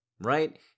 Right